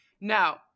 Now